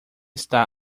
está